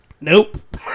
nope